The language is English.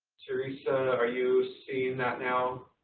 teresa, are you seeing that now?